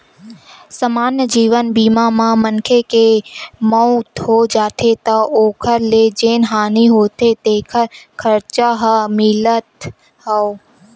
समान्य जीवन बीमा म मनखे के मउत हो जाथे त ओखर ले जेन हानि होथे तेखर खरचा ह मिलथ हव